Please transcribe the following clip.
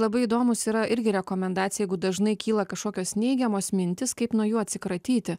labai įdomūs yra irgi rekomendacija jiegu dažnai kyla kažkokios neigiamos mintys kaip nuo jų atsikratyti